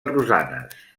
rosanes